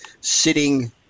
sitting